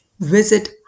visit